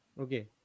Okay